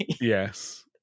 yes